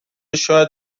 شاید